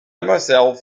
myself